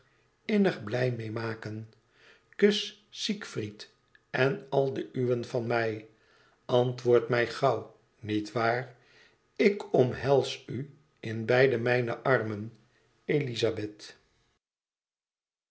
innig blij meê maken kus siegfried en alle de uwen van mij antwoord mij gauw niet waar ik omhels u in beide mijne armen